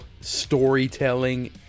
storytelling